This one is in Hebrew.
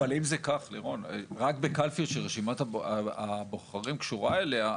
אבל אם זה כך לירון רק בקלפי של רשימת הבוחרים קשורה אליה,